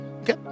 okay